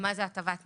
מה זה הטבת נזק.